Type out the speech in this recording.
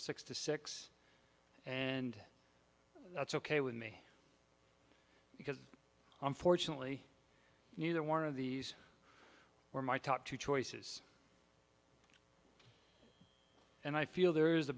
six to six and that's ok with me because unfortunately neither one of these were my top two choices and i feel there is a